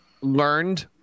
learned